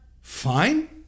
fine